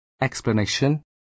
Explanation